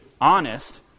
honest